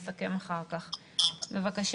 שמעתי בעניין רב ואני מאחל